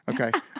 okay